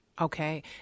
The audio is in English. Okay